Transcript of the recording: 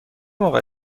موقع